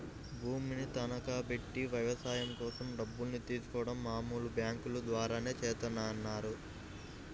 భూమిని తనఖాబెట్టి వ్యవసాయం కోసం డబ్బుల్ని తీసుకోడం మామూలు బ్యేంకుల ద్వారానే చేత్తన్నారు